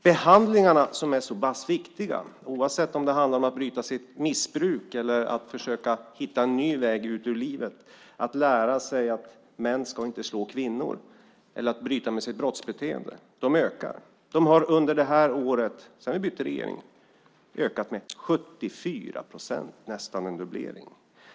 Behandlingarna, som är så pass viktiga, ökar. Det kan handla om att bryta sitt missbruk, att försöka hitta en ny väg i livet, att lära sig att män inte ska slå kvinnor eller att bryta med sitt brottsbeteende. Dessa behandlingar har under det här året, sedan vi bytte regering, ökat med 74 procent. Det är nästan en dubblering.